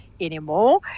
anymore